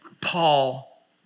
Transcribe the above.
Paul